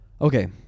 okay